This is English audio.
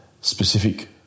specific